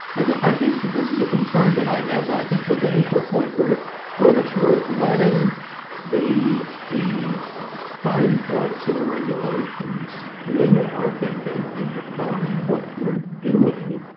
i think i think that this is a concern that i have. i think we're getting to a point where where we're sort of letting the the fine points of the regulations limit our thinking and define what we're doing.